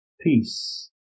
peace